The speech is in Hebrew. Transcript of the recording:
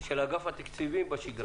של ענף התקציבים בשגרה.